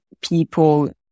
people